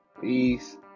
Peace